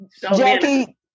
Jackie